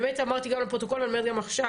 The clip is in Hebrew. באמת אמרתי קודם גם לפרוטוקול ואני אומרת גם עכשיו,